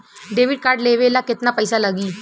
Debit card लेवे ला केतना पईसा लागी?